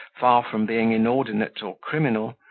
far from being inordinate or criminal,